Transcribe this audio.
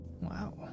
Wow